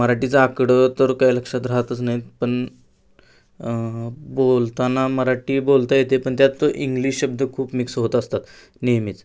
मराठीचे आकडे तर काय लक्षात राहतच नाहीत पण बोलताना मराठी बोलता येते पण त्यात तो इंग्लिश शब्द खूप मिक्स होत असतात नेहमीच